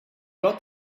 got